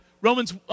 Romans